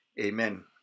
Amen